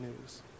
news